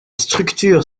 structure